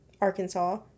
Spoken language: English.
Arkansas